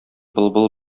былбыл